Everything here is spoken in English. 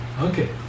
Okay